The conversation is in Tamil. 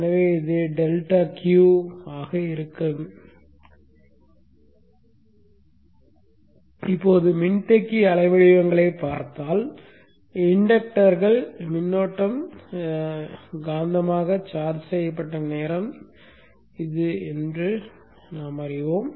எனவே இது டெல்டா Q ஆக இருக்கும் இப்போது மின்தேக்கி அலைவடிவங்களைப் பார்த்தால் இன்டக்டர்கள் மின்னோட்டம் காந்தமாக சார்ஜ் செய்யப்பட்ட நேரம் இது என்பதை நாம் அறிவோம்